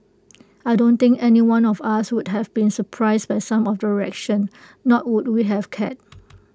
I don't think anyone of us would have been surprised by some of the reaction nor would we have cared